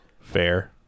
Fair